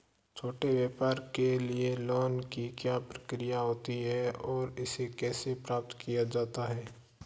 छोटे व्यापार के लिए लोंन की क्या प्रक्रिया होती है और इसे कैसे प्राप्त किया जाता है?